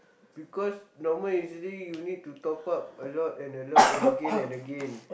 because normal usually you need to top up a lot and a lot and again and again